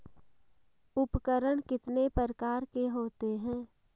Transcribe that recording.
उपकरण कितने प्रकार के होते हैं?